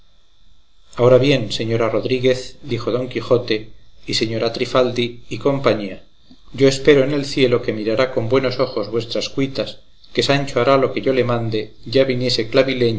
ahora bien señora rodríguez dijo don quijote y señora trifaldi y compañía yo espero en el cielo que mirará con buenos ojos vuestras cuitas que sancho hará lo que yo le mandare ya viniese